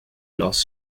lost